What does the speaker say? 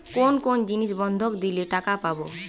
কোন কোন জিনিস বন্ধক দিলে টাকা পাব?